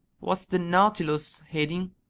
what's the nautilus's heading?